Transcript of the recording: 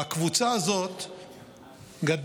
והקבוצה הזאת גדלה,